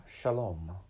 Shalom